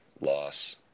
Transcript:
loss